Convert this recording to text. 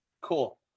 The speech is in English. Cool